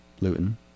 Luton